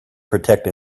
protect